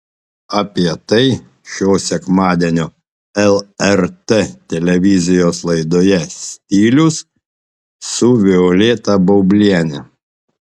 apie tai šio sekmadienio lrt televizijos laidoje stilius su violeta baubliene